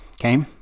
Okay